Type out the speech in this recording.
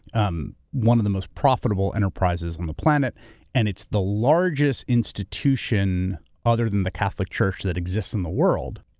um, one of the most profitable enterprises on the planet and it's the largest institution other than the catholic church that exists in the world.